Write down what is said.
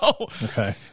Okay